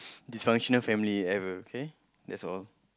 dysfunctional family ever okay that's all